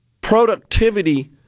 productivity